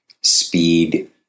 speed